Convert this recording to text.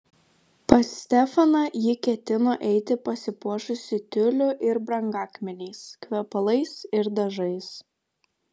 pas stefaną ji ketino eiti pasipuošusi tiuliu ir brangakmeniais kvepalais ir dažais